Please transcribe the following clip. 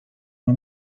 una